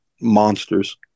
monsters